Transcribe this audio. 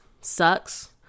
sucks